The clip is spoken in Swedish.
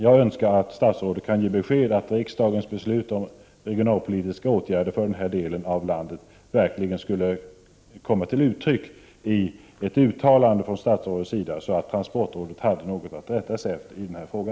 Jag önskar att statsrådet skulle kunna ge ett sådant besked att riksdagens beslut om regionalpolitiska åtgärder för den här delen av landet verkligen skulle komma till uttryck i uttalandet, så att transportrådet skulle ha något att rätta sig efter i denna fråga.